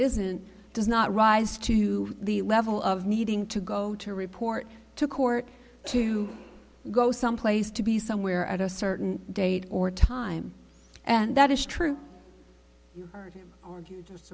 isn't does not rise to the level of needing to go to report to court to go someplace to be somewhere at a certain date or time and that is true